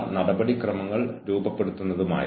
അതിനാൽ എല്ലാം വ്യക്തമായി പട്ടികപ്പെടുത്തണം